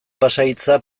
pasahitza